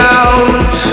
out